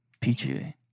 PGA